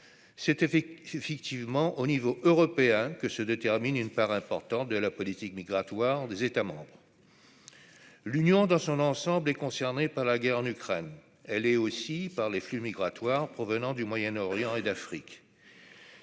fait effectivement au niveau européen que se détermine une part importante de la politique migratoire des États. L'Union dans son ensemble est concernée par la guerre en Ukraine, elle est aussi par les flux migratoires provenant du Moyen-Orient et d'Afrique,